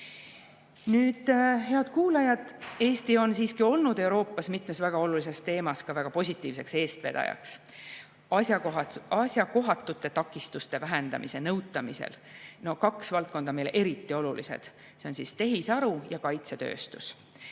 Head kuulajad! Eesti on siiski olnud Euroopas mitmes olulises teemas väga positiivseks eestvedajaks asjakohatute takistuste vähendamise nõutamisel. Kaks valdkonda on meile eriti olulised: tehisaru ja kaitsetööstus.